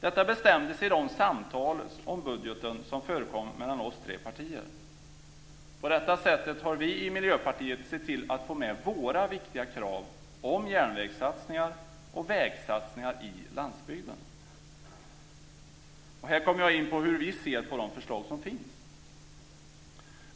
Detta bestämdes i de samtal om budgeten som förekom mellan oss tre partier. På detta sätt har vi i Miljöpartiet sett till att få med våra viktiga krav om järnvägssatsningar och vägsatsningar på landsbygden. Och här kommer jag in på hur vi ser på de förslag som finns.